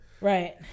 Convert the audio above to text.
Right